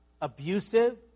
abusive